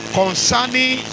concerning